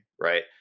right